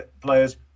players